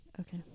okay